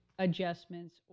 adjustments